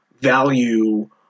value